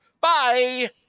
Bye